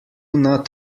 not